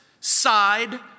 side